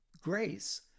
grace